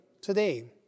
today